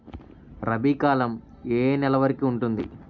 రబీ కాలం ఏ ఏ నెల వరికి ఉంటుంది?